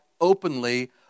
openly